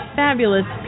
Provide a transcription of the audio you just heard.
fabulous